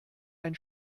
ein